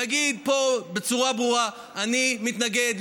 תגיד פה בצורה ברורה: אני מתנגד,